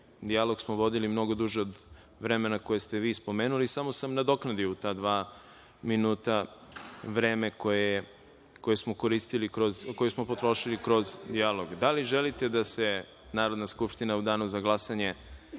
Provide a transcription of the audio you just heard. Dijalog smo vodili mnogo duže od vremena koje ste vi spomenuli. Samo sam nadoknadio u ta dva minuta vreme koje smo potrošili kroz dijalog. Da li želite da se Narodna skupština u danu za glasanje